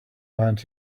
land